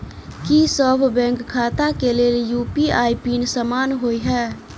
की सभ बैंक खाता केँ लेल यु.पी.आई पिन समान होइ है?